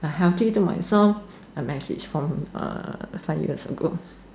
healthy to myself a message from five years ago